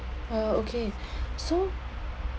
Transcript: uh okay so